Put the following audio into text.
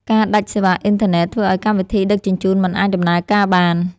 ការដាច់សេវាអ៊ីនធឺណិតធ្វើឱ្យកម្មវិធីដឹកជញ្ជូនមិនអាចដំណើរការបាន។